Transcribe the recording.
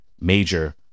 major